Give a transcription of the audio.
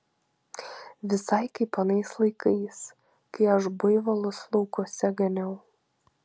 visai kaip anais laikais kai aš buivolus laukuose ganiau